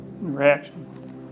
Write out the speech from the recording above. Reaction